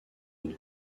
nom